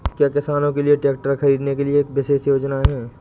क्या किसानों के लिए ट्रैक्टर खरीदने के लिए विशेष योजनाएं हैं?